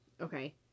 Okay